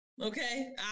Okay